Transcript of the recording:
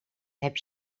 heb